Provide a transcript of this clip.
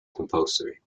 compulsory